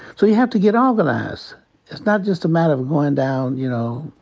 so you have to get organized. it's not just a matter of goin' down, you know,